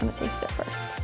taste it first.